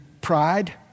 pride